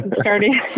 Starting